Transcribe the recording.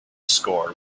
score